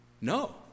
No